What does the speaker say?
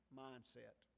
mindset